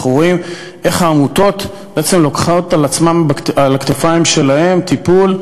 אנחנו רואים איך העמותות לוקחות על הכתפיים שלהן טיפול,